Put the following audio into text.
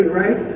right